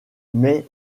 mais